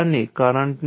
અહીં અમને LdIdt મળે છે